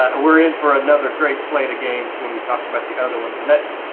ah we're in for another grace lady games when we talk about the other ones and that's